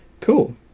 Cool